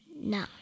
No